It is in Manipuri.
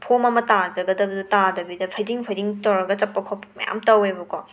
ꯐꯣꯝ ꯑꯃ ꯇꯥꯖꯒꯗꯕꯗꯨꯗ ꯇꯥꯗꯕꯤꯗ ꯐꯩꯗꯤꯡ ꯐꯩꯗꯤꯡ ꯇꯧꯔꯒ ꯆꯠꯄ ꯈꯣꯠꯄ ꯃꯌꯥꯝ ꯇꯧꯋꯦꯕꯀꯣ